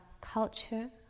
culture